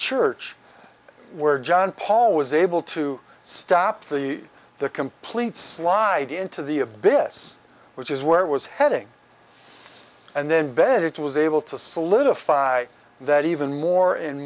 church where john paul was able to stop the the complete slide into the abyss which is where it was heading and then bed it was able to solidify that even more